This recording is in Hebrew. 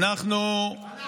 אנחנו לא פחות מכם.